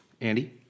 Andy